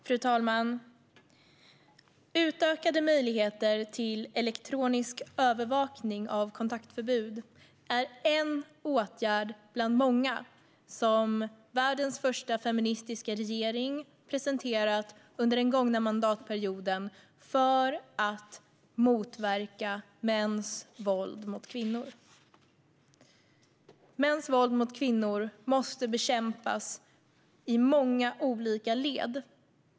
Fru talman! Utökade möjligheter till elektronisk övervakning av kontaktförbud är en åtgärd bland många som världens första feministiska regering har presenterat under den gånga mandatperioden för att motverka mäns våld mot kvinnor. Mäns våld mot kvinnor måste bekämpas i många olika led.